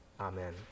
Amen